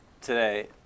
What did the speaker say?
today